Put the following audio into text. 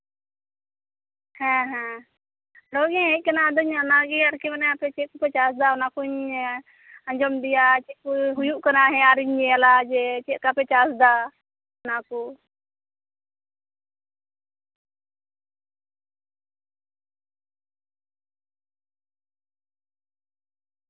ᱦᱮᱸ ᱦᱮᱸ ᱱᱮᱜ ᱮ ᱜᱤᱧ ᱦᱮᱡ ᱟᱠᱟᱱᱟ ᱟᱫᱚᱧ ᱢᱮᱱᱫᱟ ᱟᱫᱚ ᱚᱱᱟᱜᱮ ᱟᱯᱮ ᱪᱮᱫ ᱠᱚᱯᱮ ᱪᱟᱥ ᱮᱫᱟ ᱚᱱᱟ ᱠᱩᱧ ᱟᱸᱡᱚᱢ ᱤᱫᱤᱭᱟ ᱪᱮᱫᱠᱚ ᱦᱩᱭᱩᱜ ᱠᱟᱱᱟ ᱦᱮᱸ ᱟᱨᱤᱧ ᱧᱮᱞᱟ ᱡᱮ ᱪᱮᱫᱞᱮᱠᱟ ᱯᱮ ᱪᱟᱥ ᱮᱫᱟ ᱚᱱᱟ ᱠᱚ